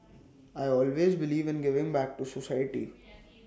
I always believe in giving back to society